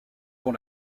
pour